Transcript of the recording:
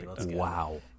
Wow